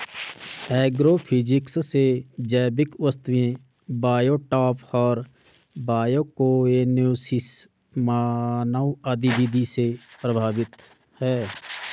agrophysics से जैविक वस्तुएं बायोटॉप और बायोकोएनोसिस मानव गतिविधि से प्रभावित हैं